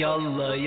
Yalla